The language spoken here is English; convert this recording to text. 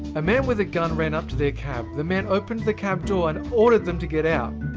a man with a gun ran up to their cab. the man opened the cab door and ordered them to get out.